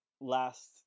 last